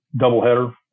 doubleheader